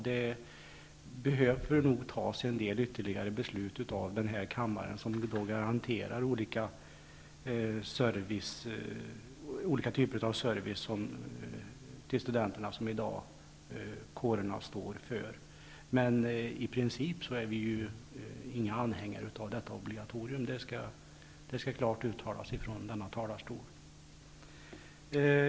Den här kammaren behöver nog fatta en del ytterligare beslut som garanterar olika typer av service till studenterna, service som kårerna i dag står för. Men i princip är vi inga anhängare av detta obligatorium, det skall klart uttalas från denna talarstol.